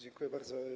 Dziękuję bardzo.